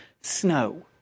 snow